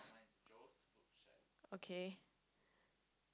okay